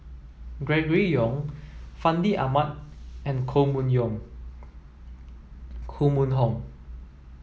Gregory Yong Fandi Ahmad and Koh Mun Hong